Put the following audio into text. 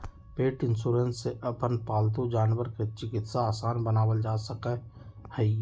पेट insurance से अपन पालतू जानवर के चिकित्सा आसान बनावल जा सका हई